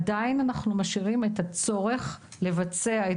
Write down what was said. עדיין אנחנו משאירים את הצורך לבצע את